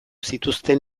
zituzten